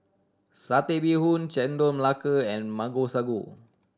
Satay Bee Hoon Chendol Melaka and Mango Sago